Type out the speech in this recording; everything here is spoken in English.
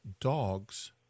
dogs